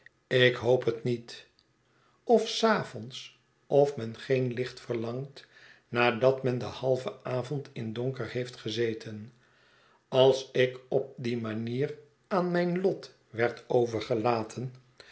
ik hoop het niet of s avonds of men geen licht verlangt nadat men den halven avond in donter heeft gezeten als ik op die manier aan mijn lot werd overgelaten